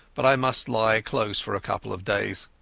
but i must lie close for a couple of days.